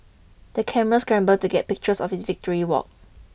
the camera scramble to get pictures of his victory walk